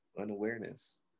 unawareness